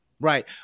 right